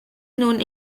known